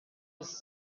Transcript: was